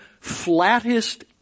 flattest